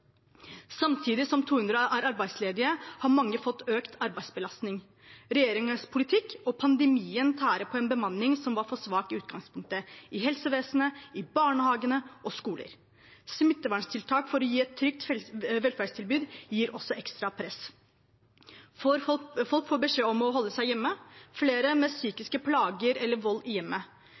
Samtidig som 200 000 er arbeidsledige, har mange fått økt arbeidsbelastning. Regjeringens politikk og pandemien tærer på en bemanning som var for svak i utgangspunktet – i helsevesenet, i barnehagene og på skolene. Smitteverntiltak for å gi et trygt velferdstilbud gir også ekstra press. Folk får beskjed om å holde seg hjemme – flere med psykiske plager eller vold i hjemmet.